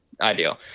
ideal